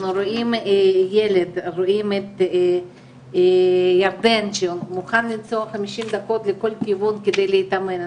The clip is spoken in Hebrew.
רואים ילד רואים את ירדן שמוכן לנסוע 50 דקות לכל כיוון להתאמן,